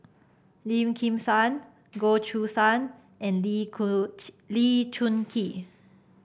Lim Kim San Goh Choo San and Lee Lee Choon Kee